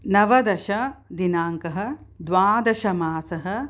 नवदशदिनाङ्कः द्वादशमासः